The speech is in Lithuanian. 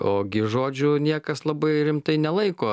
ogi žodžių niekas labai rimtai nelaiko